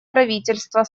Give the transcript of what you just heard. правительства